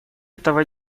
этого